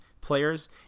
players